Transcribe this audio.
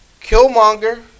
Killmonger